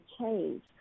change